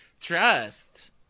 trust